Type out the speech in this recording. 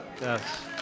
Yes